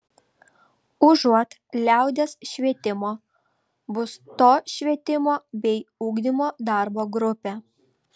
užuot liaudies švietimo bus to švietimo bei ugdymo darbo grupė